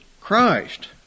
Christ